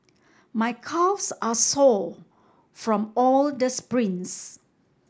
my calves are sore from all the sprints